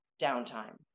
downtime